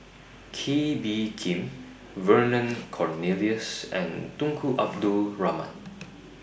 Kee Bee Khim Vernon Cornelius and Tunku Abdul Rahman